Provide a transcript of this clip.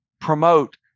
promote